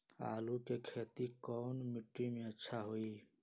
आलु के खेती कौन मिट्टी में अच्छा होइ?